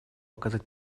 оказать